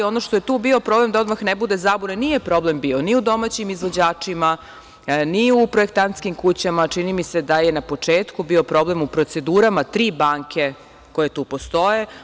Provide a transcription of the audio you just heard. Ono što je tu bio problem, da odmah ne bude zabune, nije problem bio ni u domaćim izvođačima, ni u projektantskim kućama, čini mi se da je na početku bio problem u procedurama tri banke koje tu postoje.